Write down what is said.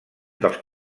dels